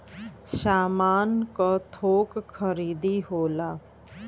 सामान क थोक खरीदी होला